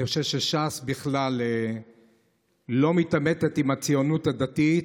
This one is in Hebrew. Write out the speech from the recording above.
אני חושב שש"ס בכלל לא מתעמתת עם הציונות הדתית,